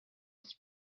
its